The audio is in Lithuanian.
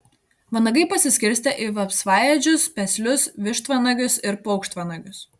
vanagai pasiskirstę į vapsvaėdžius peslius vištvanagius ir paukštvanagius